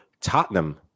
Tottenham